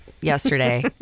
yesterday